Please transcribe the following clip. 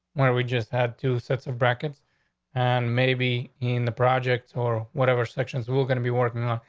when we just had two sets of brackets and maybe in the project or whatever sections we're gonna be working on,